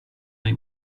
nei